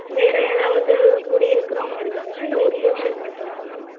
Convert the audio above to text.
வேறு யாராவது குடி இருக்கிறவங்க இருக்காங்களா இல்லை ஒரு போர்ஷன் மட்டும் தானா